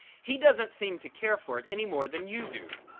he doesn't seem to care for it any more than you do.